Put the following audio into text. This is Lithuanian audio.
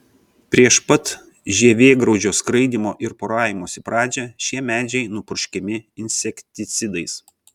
prieš pat žievėgraužio skraidymo ir poravimosi pradžią šie medžiai nupurškiami insekticidais